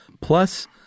Plus